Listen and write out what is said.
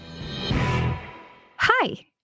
Hi